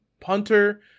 punter